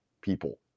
people